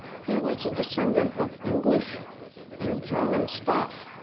he was a descendant of english and german stock.